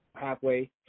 halfway